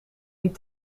die